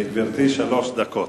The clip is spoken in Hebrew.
לגברתי שלוש דקות.